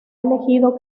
elegido